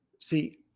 See